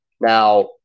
Now